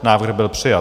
Návrh byl přijat.